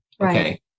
Okay